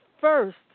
first